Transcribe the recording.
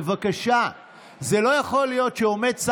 בלי יכולות ניהול,